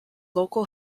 local